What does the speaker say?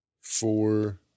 four